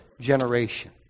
generation